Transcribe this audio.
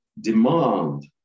demand